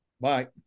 Bye